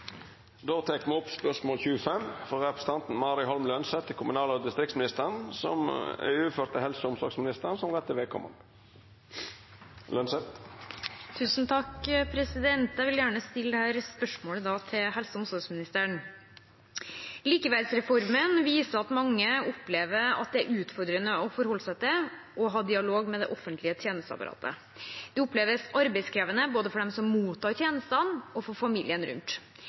fra representanten Mari Holm Lønseth til kommunal- og distriktsministeren, er overført til helse- og omsorgsministeren som rette vedkommende. Jeg vil gjerne stille dette spørsmålet til helse- og omsorgsministeren: «Likeverdsreformen viser til at mange opplever at det er utfordrende å forholde seg til og ha dialog med det offentlige tjenesteapparatet. Det oppleves som arbeidskrevende, både for den som mottar tjenester, og for familien rundt.